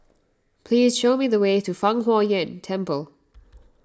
please show me the way to Fang Huo Yuan Temple